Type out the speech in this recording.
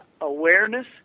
awareness